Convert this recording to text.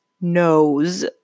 nose